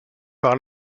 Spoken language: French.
par